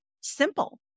simple